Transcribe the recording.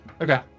Okay